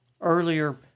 Earlier